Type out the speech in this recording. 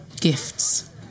gifts